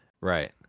Right